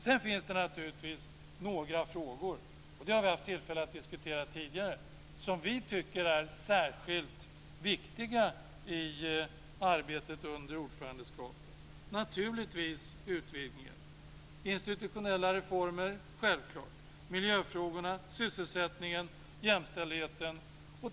Sedan finns det några frågor som vi tycker är särskilt viktiga i arbetet under ordförandeskapet. Det har vi haft tillfälle att diskutera tidigare. Det gäller naturligtvis utvidgningen, självklart institutionella reformer, miljöfrågorna, sysselsättningen och jämställdheten.